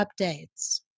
updates